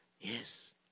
Yes